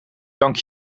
dank